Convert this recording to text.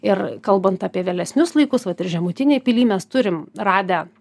ir kalbant apie vėlesnius laikus vat ir žemutinėj pily mes turim radę